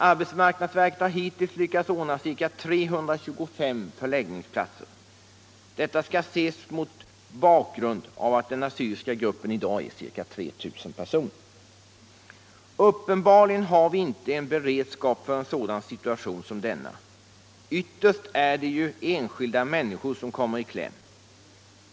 Arbetsmarknadsverket har hittills lyckats ordna ca 325 förläggningsplatser. Detta skall ses mot bakgrund av att den assyriska gruppen i dag är ca 3 000 personer. Uppenbarligen har vi inte en beredskap för en sådan situation som denna. Ytterst är det ju enskilda människor som kommer i kläm.